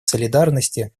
солидарности